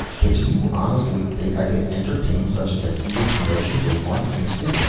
but do you honestly think i could entertain such a defeatist notion for one instant?